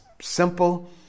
simple